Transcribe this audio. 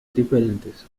diferentes